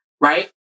right